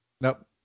Nope